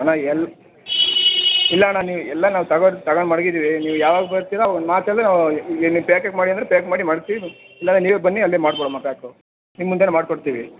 ಅಣ್ಣ ಎಲ್ಲಿ ಇಲ್ಲ ಅಣ್ಣ ನೀವು ಎಲ್ಲ ನಾವು ತಗೊಂಡು ತಂಗಡು ಮಡಗಿದೀವಿ ನೀವು ಯಾವಾಗ ಬರ್ತೀರೋ ಅವಾಗ ಒಂದು ಮಾತಲ್ಲಿ ಈಗ ನೀವು ಪ್ಯಾಕಿಂಗ್ ಮಾಡಿ ಅಂದ್ರೆ ಪ್ಯಾಕ್ ಮಾಡಿ ಮಡಗ್ತೀವಿ ಇಲ್ಲಾಂದ್ರೆ ನೀವೇ ಬನ್ನಿ ಅಲ್ಲಿ ಮಾಡ್ಕೊಳಣ ಪ್ಯಾಕು ನಿಮ್ಮ ಮುಂದೇನೆ ಮಾಡಿಕೊಡ್ತೀವಿ